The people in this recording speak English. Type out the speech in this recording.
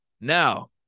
Now